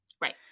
Right